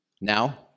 Now